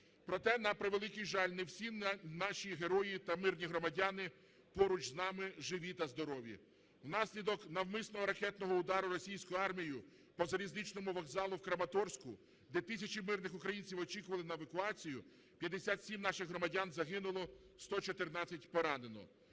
Проте, на превеликий жаль, не всі наші герої та мирні громадяни поруч з нами живі та здорові. Внаслідок навмисного ракетного удару російською армією по залізничному вокзалі у Краматорську, де тисячі мирних українців очікували на евакуацію, 57 наших громадян загинуло, 114 поранено.